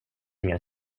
ingen